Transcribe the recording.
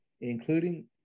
including